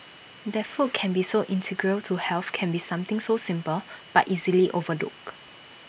that food can be so integral to health can be something so simple but easily overlooked